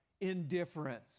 indifference